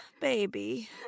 baby